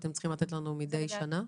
שאתם צריכים לתת לנו מדי שנה.